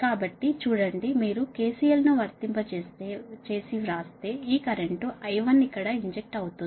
కాబట్టి చూడండి మీరు KCLను వర్తింపజేస్తే వ్రాస్తే ఈ కరెంట్ ఇక్కడ ఇంజెక్ట్ అవుతోంది